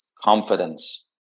confidence